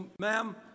ma'am